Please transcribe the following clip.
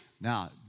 Now